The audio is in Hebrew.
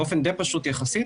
באופן די פשוט יחסית,